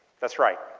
that's right.